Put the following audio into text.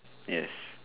yes